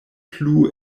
plu